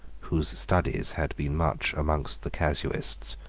whose studies had been much among the casuists,